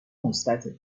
مثبته